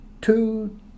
two